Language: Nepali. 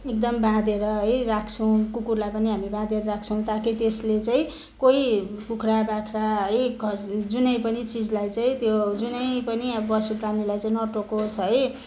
एकदम बाँधेर है राख्छौँ कुकुरलाई पनि हामी बाँधेर राख्छौँ ताकि त्यसले चाहिँ कोही कुखुरा बाख्रा है खसी जुनै पनि चिजलाई चाहिँ त्यो जुनै पनि अब पशु प्राणीलाई चाहिँ नटोकोस् है